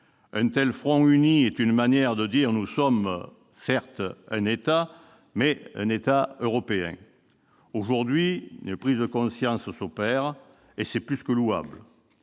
Un tel front uni est une manière de dire :« Nous sommes un État, certes, mais un État européen. » Aujourd'hui, une prise de conscience s'opère, et c'est plus que louable.